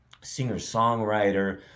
singer-songwriter